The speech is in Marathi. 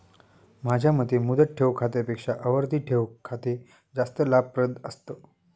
माझ्या मते मुदत ठेव खात्यापेक्षा आवर्ती ठेव खाते जास्त लाभप्रद असतं